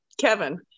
Kevin